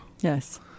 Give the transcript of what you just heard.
Yes